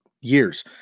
years